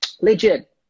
legit